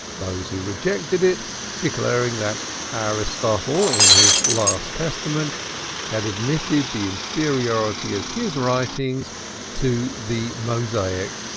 those who rejected it declaring that aristotle in his last testament had admitted the inferiority of his writings to the mosaic,